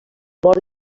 mort